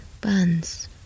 Buns